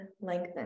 lengthen